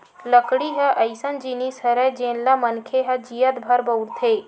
लकड़ी ह अइसन जिनिस हरय जेन ल मनखे ह जियत भर बउरथे